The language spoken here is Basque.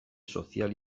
sozial